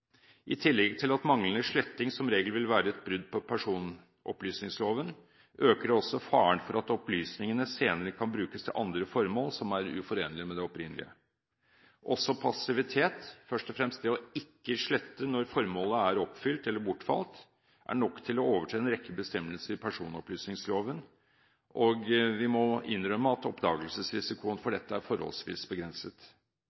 I tillegg til at manglende sletting som regel vil være et brudd på personopplysningsloven, øker det også faren for at opplysningene senere kan brukes til andre formål som er uforenlige med det opprinnelige. Også passivitet – først og fremst det å ikke slette når formålet er oppfylt eller bortfalt – er nok til å overtre en rekke bestemmelser i personopplysningsloven, og vi må innrømme at oppdagelsesrisikoen for